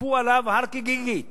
יכפו עליו הר כגיגית